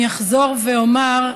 אני אחזור ואומר,